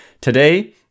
Today